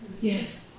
Yes